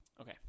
Okay